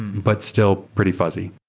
but still pretty fuzzy.